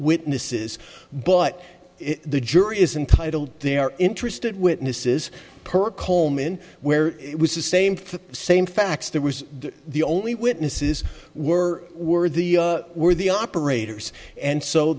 witnesses but the jury is intitled they are interested witnesses per coleman where it was the same for the same facts there was the only witnesses were were the were the operators and so